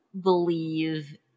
believe